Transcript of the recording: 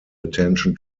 attention